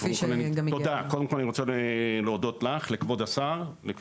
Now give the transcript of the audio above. אבל קודם כל אני רוצה באמת להודות לך ולכבוד השר נחמן שי,